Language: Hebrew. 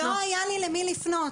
לא היה לי למי לפנות.